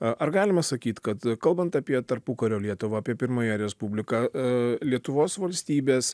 ar galima sakyt kad kalbant apie tarpukario lietuvą apie pirmąją respubliką lietuvos valstybės